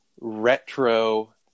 retro